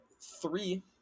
three